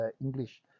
English